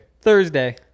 Thursday